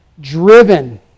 driven